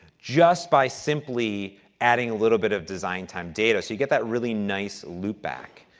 just by simply adding a little bit of design time data, so, you get that really nice loop back.